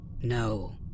No